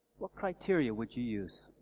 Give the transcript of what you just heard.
what criteria would you use?